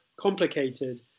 complicated